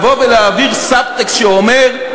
לבוא ולהעביר סב-טקסט שאומר: